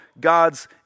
God's